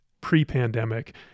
pre-pandemic